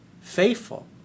faithful